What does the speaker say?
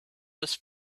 was